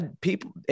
people